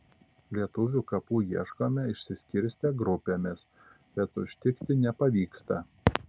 lietuvių kapų ieškome išsiskirstę grupėmis bet užtikti nepavyksta